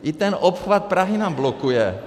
I ten obchvat Prahy nám blokuje.